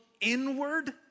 inward